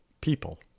people